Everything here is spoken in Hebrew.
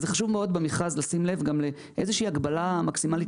אז חשוב מאוד לשים לב במכרז להגבלה מקסימלית